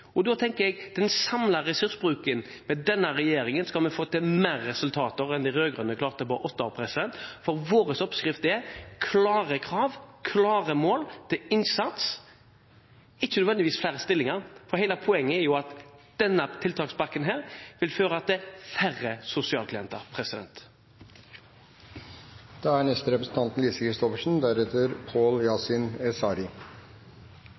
bra. Da tenker jeg at vi – med den samlede ressursbruken – med denne regjeringen skal få til flere resultater enn de rød-grønne klarte på åtte år, for vår oppskrift er klare krav, klare mål. Det trengs innsats, ikke nødvendigvis flere stillinger. Hele poenget er jo at denne tiltakspakken vil føre til færre sosialklienter.